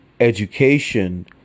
education